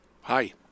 Hi